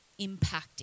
impacting